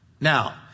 Now